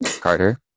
Carter